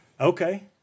Okay